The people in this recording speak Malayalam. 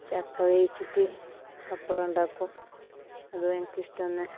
ചക്ക വേയിച്ചിറ്റ് പപ്പടം ഉണ്ടാക്കും അതും എനിക്ക് ഇഷ്ട്ടന്നെ